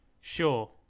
sure